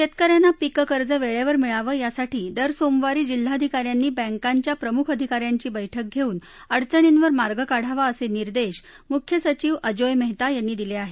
शेतकऱ्यांना पीक कर्ज वेळेवर मिळावं यासाठी दर सोमवारी जिल्हाधिकाऱ्यांनी बँकांच्या प्रमुख अधिकऱ्यांची बैठक घेऊन अडचणींवर मार्ग काढावा असे निर्देश मुख्य सचिव अजोय मेहता यांनी दिले आहेत